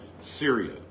Syria